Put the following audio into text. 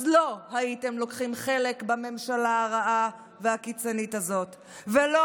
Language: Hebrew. לא הייתם לוקחים חלק בממשלה הרעה והקיצונית הזאת ולא